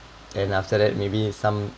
and after that maybe some